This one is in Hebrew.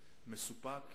ונציגויותיו.